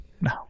no